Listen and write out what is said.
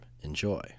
Enjoy